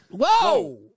Whoa